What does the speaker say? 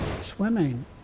Swimming